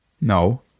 No